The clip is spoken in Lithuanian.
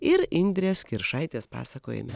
ir indrės kiršaitės pasakojime